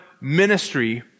ministry